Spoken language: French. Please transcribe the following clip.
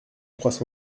croient